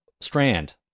Strand